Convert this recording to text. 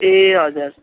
ए हजुर